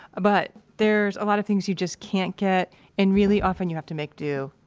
but there's a lot of things you just can't get and really often you have to make do.